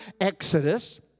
Exodus